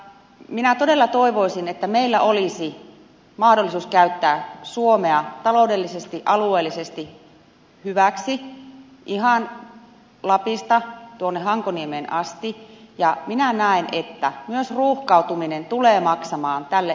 minä todella toivoisin että meillä olisi mahdollisuus käyttää suomea taloudellisesti alueellisesti hyväksi ihan lapista tuonne hankoniemeen asti ja minä näen että myös ruuhkautuminen tulee maksamaan tälle yhteiskunnalle